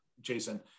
Jason